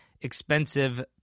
expensive